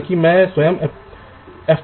तो आप क्या कर सकते हैं